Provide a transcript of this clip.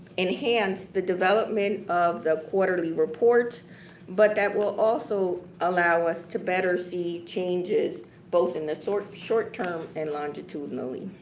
enhanced the development of the quarterly report but that will also allow us to better see changes both in the sort of short-term and longitudinally.